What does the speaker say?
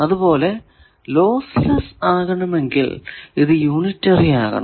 അതുപോലെ ലോസ്ലെസ്സ് ആകണമെങ്കിൽ ഇത് യൂണിറ്ററി ആകണം